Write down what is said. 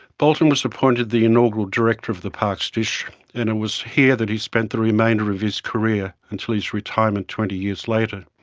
bolton was appointed the inaugural director of the parkes dish and it was here that he spent the remainder of his career until his retirement twenty years later.